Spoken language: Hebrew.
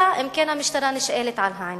אלא אם כן המשטרה נשאלת על העניין.